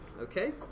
okay